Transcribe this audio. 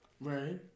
right